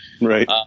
Right